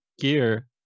gear